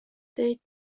date